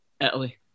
Italy